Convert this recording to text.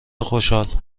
خوشحال